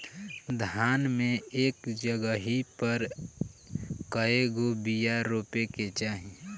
धान मे एक जगही पर कएगो बिया रोपे के चाही?